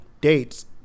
dates